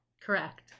Correct